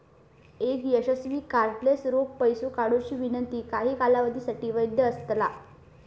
एक यशस्वी कार्डलेस रोख पैसो काढुची विनंती काही कालावधीसाठी वैध असतला